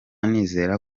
nizera